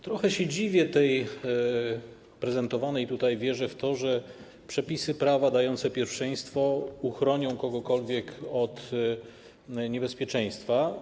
Trochę się dziwię tej prezentowanej tutaj wierze w to, że przepisy prawa dające pierwszeństwo uchronią kogokolwiek od niebezpieczeństwa.